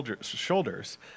shoulders